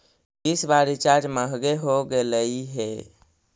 इस बार रिचार्ज महंगे हो गेलई हे